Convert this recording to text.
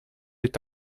est